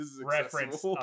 reference